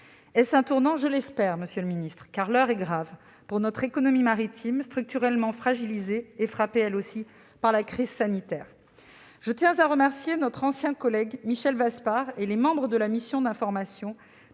Est-ce un tournant ? Je l'espère, monsieur le ministre, car l'heure est grave pour notre économie maritime, structurellement fragilisée et frappée, elle aussi, par la crise sanitaire. Je tiens à remercier notre ancien collègue Michel Vaspart et les membres de la mission d'information